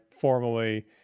formally